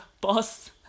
boss